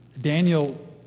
Daniel